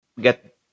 get